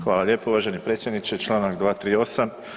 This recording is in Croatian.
Hvala lijepa uvaženi predsjedniče, čl. 238.